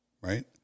Right